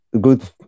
good